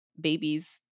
Babies